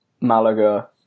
Malaga